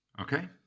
Okay